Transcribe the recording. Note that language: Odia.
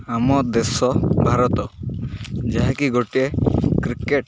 ଆମ ଦେଶ ଭାରତ ଯାହାକି ଗୋଟିଏ କ୍ରିକେଟ